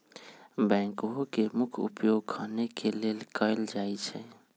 backhoe के मुख्य उपयोग खने के लेल कयल जाइ छइ